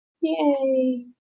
Yay